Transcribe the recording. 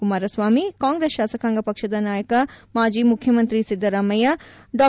ಕುಮಾರಸ್ವಾಮಿಕಾಂಗ್ರೆಸ್ ಶಾಸಕಾಂಗ ಪಕ್ಷದ ನಾಯಕ ಮಾಜಿ ಮುಖ್ಯಮಂತ್ರಿ ಸಿದ್ದರಾಮಯ್ಯ ಡಾ